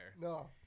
No